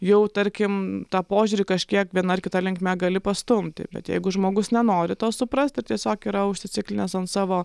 jau tarkim tą požiūrį kažkiek viena ar kita linkme gali pastumti bet jeigu žmogus nenori to suprasti ir tiesiog yra užsiciklinęs ant savo